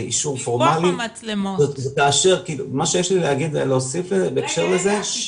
לאישור פורמלי כאשר מה שיש לי להוסיף בהקשר לזה,